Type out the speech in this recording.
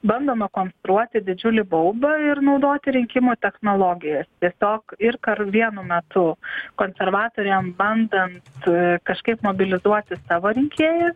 bandoma konstruoti didžiulį baubą ir naudoti rinkimų technologijas tiesiog ir kar vienu metu konservatoriam bandant kažkaip mobilizuoti savo rinkėją